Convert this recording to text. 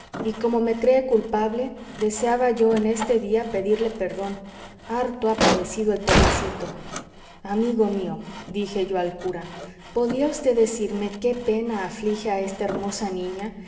y como me cree culpable deseaba yo en este día pedirle perdón harto ha padecido el pobrecito amigo mío dije yo al cura podría vd decirme qué pena aflige a esta hermosa niña